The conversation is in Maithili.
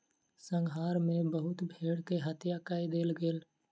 संहार मे बहुत भेड़ के हत्या कय देल गेल